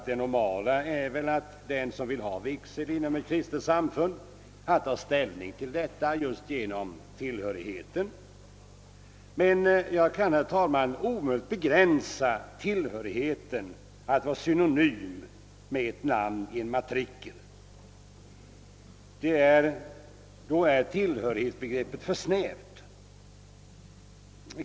Det normala är väl att den som vill ha vigsel inom ett kristet samfund tar ställning just genom tillhörigheten, men jag kan, herr talman, omöjligt anse att tillhörighet är synonym med ett namn i en matrikel. I så fall är tillhörighetsbegreppet för snävt.